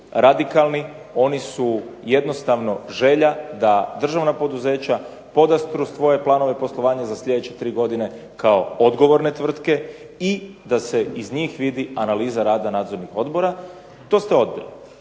radikalni oni su jednostavno želja da državna poduzeća podastru svoje planove poslovanja u iduće 3 godine kao odgovorne tvrtke, i da se iz njih vidi analiza rada nadzornih odbora i to ste odbili